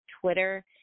Twitter